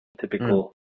Typical